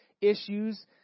issues